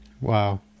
Wow